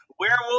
werewolf